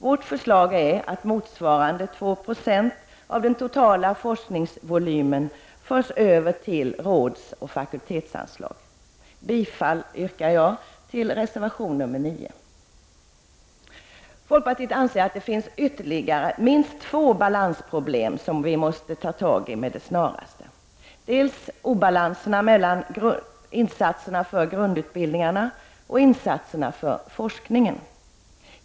Vårt förslag är att motsvarande ca 2 70 av den totala forskningsvolymen förs över till rådsoch fakultetsanslagen. Jag yrkar bifall till reservation nr 9. Folkpartiet anser att det finns minst två ytterligare balansproblem som måste åtgärdas. Det första problemet är obalansen mellan insatserna för grundutbildningarna och insatserna för forskningen.